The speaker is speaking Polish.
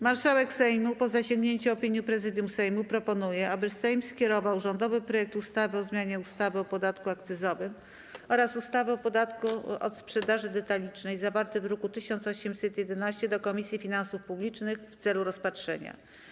Marszałek Sejmu, po zasięgnięciu opinii prezydium Sejmu, proponuje, aby Sejm skierował rządowy projekt ustawy o zmianie ustawy o podatku akcyzowym oraz ustawy o podatku od sprzedaży detalicznej, zawarty w druku nr 1811, do Komisji Finansów Publicznych w celu rozpatrzenia.